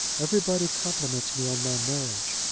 everybody compliments me on my marriage.